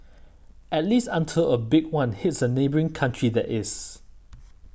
at least until a big one hits a neighbouring country that is